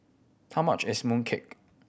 how much is mooncake